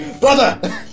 Brother